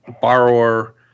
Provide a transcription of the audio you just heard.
borrower